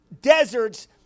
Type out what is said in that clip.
deserts